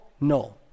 no